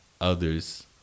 others